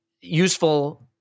useful